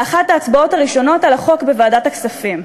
לאחת ההצבעות הראשונות על החוק בוועדת הכספים.